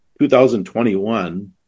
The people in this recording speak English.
2021